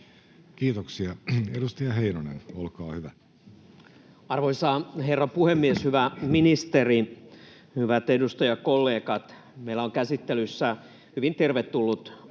muuttamisesta Time: 17:01 Content: Arvoisa herra puhemies! Hyvä ministeri! Hyvät edustajakollegat! Meillä on käsittelyssä hyvin tervetullut esitys